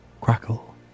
crackle